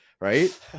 right